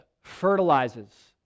fertilizes